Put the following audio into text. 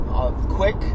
quick